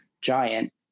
giant